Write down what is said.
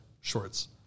shorts